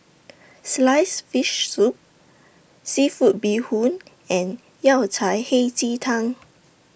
Sliced Fish Soup Seafood Bee Hoon and Yao Cai Hei Ji Tang